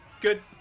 good